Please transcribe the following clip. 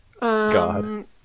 God